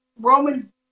Roman